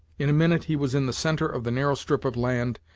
in a minute he was in the centre of the narrow strip of land,